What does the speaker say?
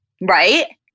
Right